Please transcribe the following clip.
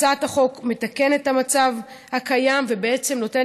הצעת החוק מתקנת את המצב הקיים ונותנת